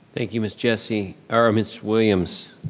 thank you ms. jessie, oh ms. williams.